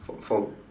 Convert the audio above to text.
fo~ for